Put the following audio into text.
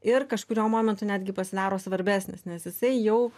ir kažkuriuo momentu netgi pasidaro svarbesnis nes jisai jau